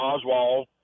Oswald